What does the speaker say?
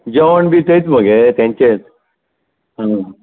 जेवण बी तेंच मगे तेंचेच